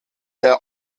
der